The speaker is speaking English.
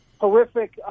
horrific